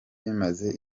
bimaze